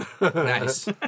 Nice